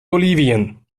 bolivien